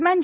दरम्यान